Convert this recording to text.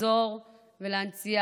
לחזור ולהנציח